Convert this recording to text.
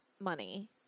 money